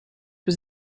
was